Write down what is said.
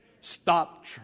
Stop